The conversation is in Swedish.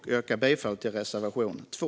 Jag yrkar bifall till reservation 2.